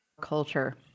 culture